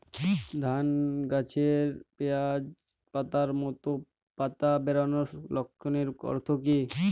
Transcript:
ধানের গাছে পিয়াজ পাতার মতো পাতা বেরোনোর লক্ষণের অর্থ কী?